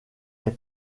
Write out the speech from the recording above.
est